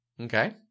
Okay